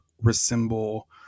resemble